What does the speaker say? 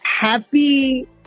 happy